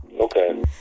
Okay